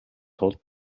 тулд